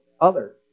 others